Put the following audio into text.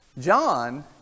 John